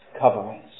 coverings